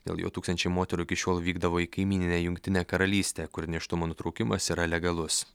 dėl jo tūkstančiai moterų iki šiol vykdavo į kaimyninę jungtinę karalystę kur nėštumo nutraukimas yra legalus